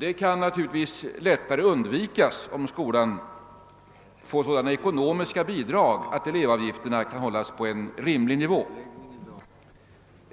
Det kan naturligtvis lättare undvikas, om skolan får sådana ekonomiska bidrag att elevavgifterna kan hållas på en rimlig nivå.